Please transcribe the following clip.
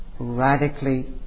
radically